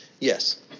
yes